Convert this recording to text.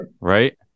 Right